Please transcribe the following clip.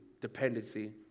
dependency